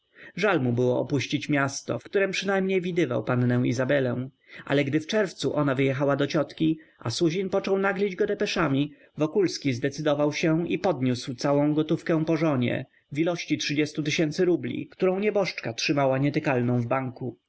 żal mu było opuścić miasto w którem przynajmniej widywał pannę izabelę ale gdy w czerwcu ona wyjechała do ciotki a suzin począł naglić go depeszami wokulski zdecydował się i podniósł całą gotówkę po żonie w ilości trzydziestu tysięcy rubli którą nieboszczka trzymała nietykalną w banku